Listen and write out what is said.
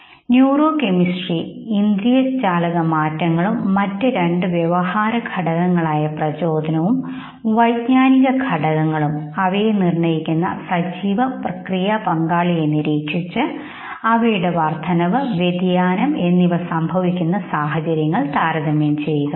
ശരി neurochemistry ഇന്ദ്രിശ്ചാലക മാറ്റങ്ങളും മറ്റു രണ്ട് വ്യവഹാര ഘടകങ്ങളായ പ്രചോദനവും വൈജ്ഞാനിക ഘടകങ്ങളും അവയെ നിർണ്ണയിക്കുന്ന സജീവ പ്രക്രിയാ പങ്കാളിയെ നിരീക്ഷിച്ച്അവയുടെ വർദ്ധനവ് വ്യതിയാനം സംഭവിക്കുന്ന സാഹചര്യങ്ങൾ എന്നിവ താരതമ്യം ചെയ്യുക